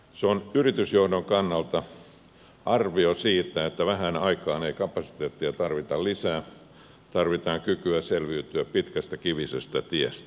se on yritysjohdon kannalta arvio siitä että vähään aikaan ei kapasiteettia tarvita lisää tarvitaan kykyä selviytyä pitkästä kivisestä tiestä